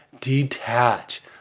detach